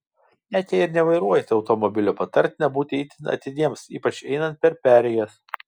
net jei ir nevairuojate automobilio patartina būti itin atidiems ypač einant per perėjas